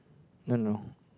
no no